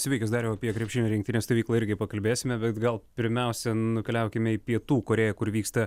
sveikas dariau apie krepšinio rinktinės stovyklą irgi pakalbėsime bet gal pirmiausia nukeliaukime į pietų korėją kur vyksta